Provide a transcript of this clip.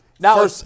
Now